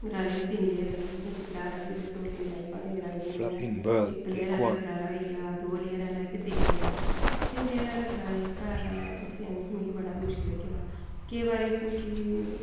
गरारा तिन्न लेअर आह्ला होंदा दो तिन्न टाइपां न इक लेअर आह्ला गरारा होई जा दो लेअर आह्ला होई जा तिन्न लेअर आह्ला तिन्न लेअर आह्ला गरारा जेह्का आ तां उस्सी अ'ऊं ओह् मिगी बड़ा मुश्कल लग्गेआ हा केईं बारी क्योंकी ओह् मिगी